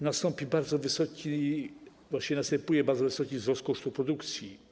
Nastąpi bardzo wysoki, właśnie następuje bardzo wysoki wzrost kosztów produkcji.